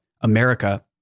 America